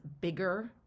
bigger